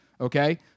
Okay